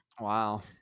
Wow